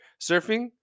Surfing